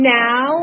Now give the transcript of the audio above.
now